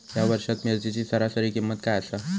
या वर्षात मिरचीची सरासरी किंमत काय आसा?